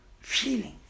feeling